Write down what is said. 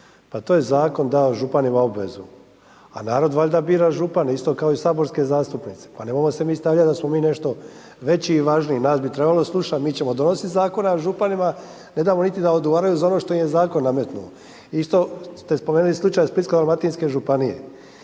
Pa to je zakon dao županima obavezu, a narod valjda bira župana, isto kao i saborske zastupnice, pa ne možemo se mi stavljati da smo mi nešto veći i važniji. Nas bi trebali slušati, mi ćemo donositi zakone, županima ne damo niti da odgovaraju za ono što im je zakon nametnuo. Isto ste spomenuli slučaj Splitsko dalmatinske županije,